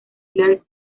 clarke